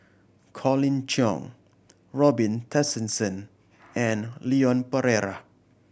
Colin Cheong Robin Tessensohn and Leon Perera